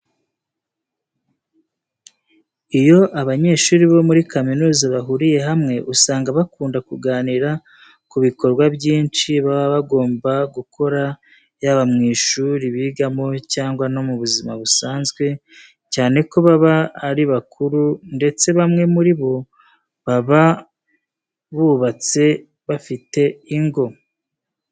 Iyo abanyeshuri bo muri kaminuza bahuriye hamwe usanga bakunda kuganira ku bikorwa byinshi baba bagomba gukora yaba mu ishuri bigamo cyangwa no mu buzima busanzwe cyane ko baba ari bakuru ndetse bamwe muri bo baba bubatse bafite ingo.